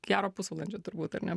gero pusvalandžio turbūt ar ne